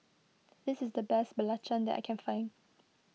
this is the best Belacan that I can find